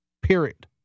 Period